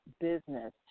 business